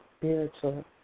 spiritual